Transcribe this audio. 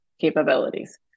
capabilities